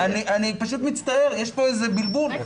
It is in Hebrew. אני פשוט מצטער, יש פה איזה בלבול.